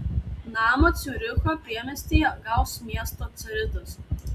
namą ciuricho priemiestyje gaus miesto caritas